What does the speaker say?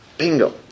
Bingo